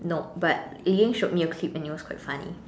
nope but Lian showed me a clip and it was quite funny